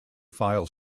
file